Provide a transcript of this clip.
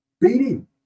beating